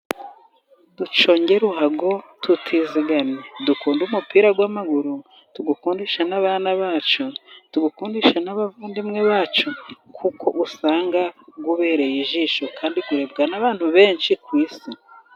Duconge ruhago tutizigamye . Dukunde umupira w'amaguru tuwukundisha n'abana bacu, tuwukundisha n'abavandimwe bacu ,kuko usanga ubereye ijisho kandi urebwa n'abantu benshi kwisi.